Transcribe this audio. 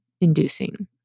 inducing